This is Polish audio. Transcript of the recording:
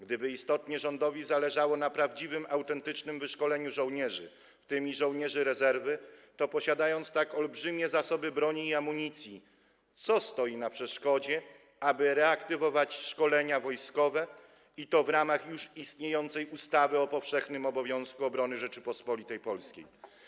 Gdyby istotnie rządowi zależało na prawdziwym, autentycznym wyszkoleniu żołnierzy, w tym żołnierzy rezerwy, to, jako że posiada tak olbrzymie zasoby broni i amunicji, co stałoby na przeszkodzie, aby reaktywować szkolenia wojskowe, i to w ramach już istniejącej ustawy o powszechnym obowiązku obrony Rzeczypospolitej Polskiej?